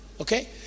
Okay